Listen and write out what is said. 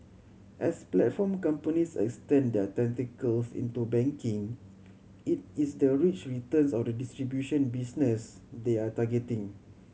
as platform companies extend their tentacles into banking it is the rich returns of the distribution business they are targeting